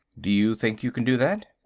do you think you can do that?